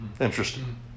Interesting